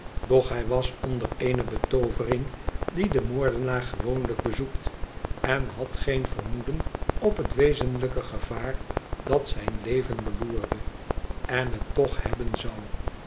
doch hij was onder eene betoo vering die den moordenaar gewoonlijk bezoekt en had geen vermoeden op het wezenlijke gevaar dat zijn leven beloerde en het toch hebben zou